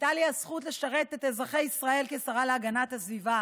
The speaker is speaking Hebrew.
הייתה לי הזכות לשרת את אזרחי ישראל כשרה להגנת הסביבה